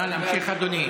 נא להמשיך, אדוני.